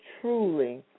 truly